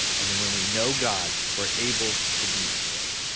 and then when we know god we're able to be still